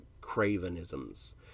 cravenisms